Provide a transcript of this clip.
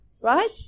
Right